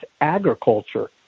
agriculture